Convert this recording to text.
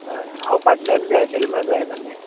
हांव फाटल्यान बी आशिल्लो म्हळ्यार जायना न्हय